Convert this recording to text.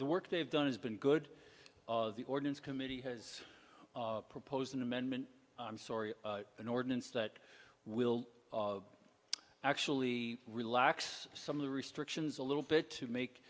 the work they've done has been good the ordinance committee has proposed an amendment i'm sorry an ordinance that will actually relax some of the restrictions a little bit to make